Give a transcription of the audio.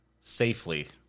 safely